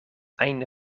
einde